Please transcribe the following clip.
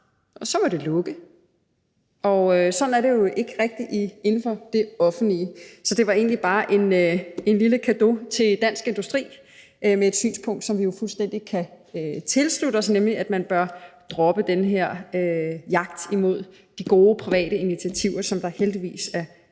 og så må det lukke, men sådan er det jo ikke rigtig inden for det offentlige. Så det var egentlig bare en lille cadeau til Dansk Industri, der har et synspunkt, som vi fuldstændig kan tilslutte os, nemlig at man bør droppe den her jagt på de gode private initiativer, som der heldigvis er mange